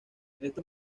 estos